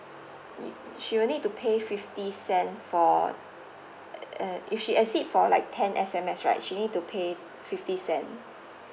she'll need to pay fifty cent for uh if she exceed for like ten S_M_S right she need to pay fifty cent